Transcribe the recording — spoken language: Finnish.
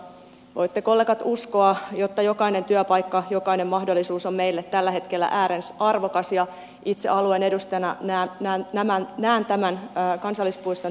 voitte kollegat uskoa että jokainen työpaikka jokainen mahdollisuus on meille tällä hetkellä ääreisarvokas ja itse alueen edustajana näen tämän kansallispuiston tällaiseksi